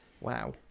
Wow